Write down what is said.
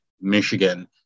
Michigan